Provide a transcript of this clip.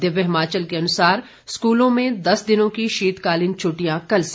दिव्य हिमाचल के अनुसार स्कूलों में दस दिनों की शीतकालीन छुट्टियां कल से